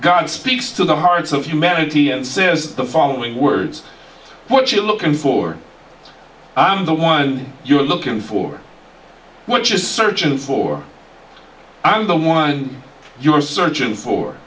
god speaks to the hearts of humanity and says the following words what you're looking for i'm the one you're looking for what you're searching for i'm the one you're searching for